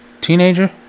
Teenager